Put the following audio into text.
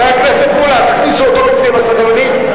חבר הכנסת מולה, תכניסו אותו, הסדרנים.